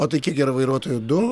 o tai kiek yra vairuotojų du